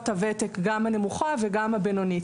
הוותק הנמוכה וגם מקבוצת הוותק הבינונית.